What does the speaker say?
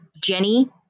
Jenny